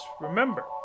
remember